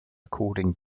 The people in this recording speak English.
according